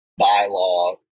bylaw